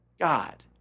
God